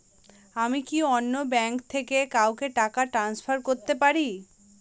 আমি কি অন্য ব্যাঙ্ক থেকে কাউকে টাকা ট্রান্সফার করতে পারি?